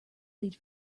lead